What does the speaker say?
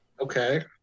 Okay